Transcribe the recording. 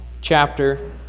chapter